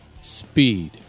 Speed